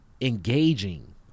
engaging